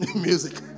Music